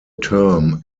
term